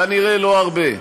כנראה לא הרבה.